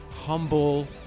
humble